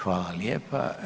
Hvala lijepa.